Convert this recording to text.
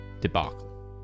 debacle